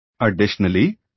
Additionally